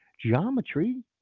geometry